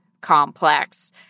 complex